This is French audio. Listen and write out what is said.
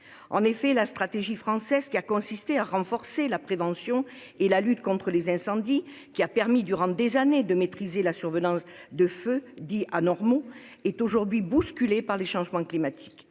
En effet, la stratégie française, qui a consisté à renforcer la prévention et la lutte contre les incendies et qui a permis durant des années de maîtriser la survenance de feux dits anormaux, est aujourd'hui bousculée par les changements climatiques.